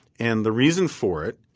and the reason for it